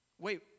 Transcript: Wait